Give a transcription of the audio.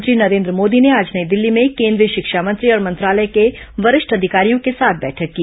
प्रधानमंत्री नरेन्द्र मोदी ने आज नई दिल्ली में कोन्द्रीय शिक्षा मंत्री और मंत्रालय के वरिष्ठ अधिकारियों के साथ बैठक की